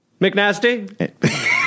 Mcnasty